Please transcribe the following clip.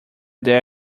there